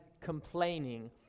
complaining